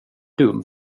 dum